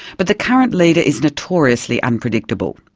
but the current leader is notoriously unpredictable.